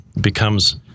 becomes